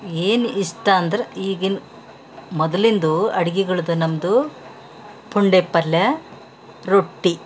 ಏನು ಇಷ್ಟ ಅಂದ್ರೆ ಈಗಿನ ಮೊದ್ಲಿಂದು ಅಡಿಗೆಗಳ್ದು ನಮ್ಮದು ಪುಂಡೆ ಪಲ್ಯ ರೊಟ್ಟಿ